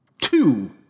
two